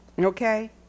Okay